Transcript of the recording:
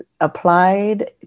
applied